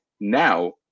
now